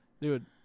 Dude